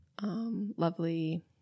lovely